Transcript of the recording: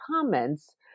comments